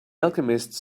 alchemists